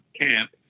camp